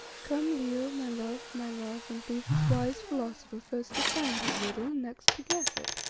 come, leo, my love, my love, and leave this wise philosopher first to find his riddle and next to guess it.